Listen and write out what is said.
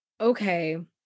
okay